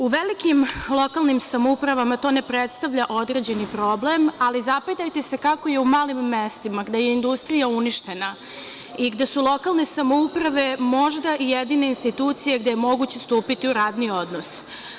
U veliki lokalnim samoupravama to ne predstavlja određeni problem ali zapitajte se kako je u malim mestima gde je industrija uništena i gde su lokalne samouprave možda jedine institucije gde je moguće stupiti u radni odnos.